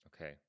Okay